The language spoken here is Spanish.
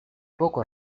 poco